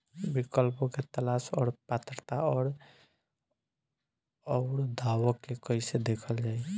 विकल्पों के तलाश और पात्रता और अउरदावों के कइसे देखल जाइ?